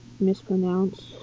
mispronounce